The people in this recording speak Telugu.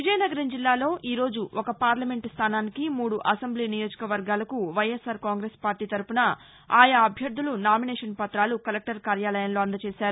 విజయనగరం జిల్లాలో ఈ రోజు ఒక పార్లమెంటు స్టానానికి మూడు అసెంబ్లీ నియోజక వర్గాలకు వైఎస్సార్ కాంగ్రెస్ పార్లీ తరఫున ఆయా అభ్యర్లు నామినేషన్ పత్రాలు కలెక్టర్ కార్యాలయంలో అందజేసారు